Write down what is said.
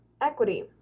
equity